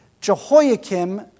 Jehoiakim